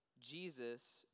Jesus